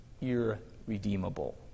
irredeemable